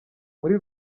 muri